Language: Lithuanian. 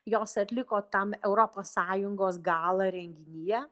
jos atliko tam europos sąjungos gala renginyje